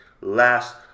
last